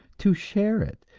to share it,